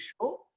show